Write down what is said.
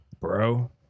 bro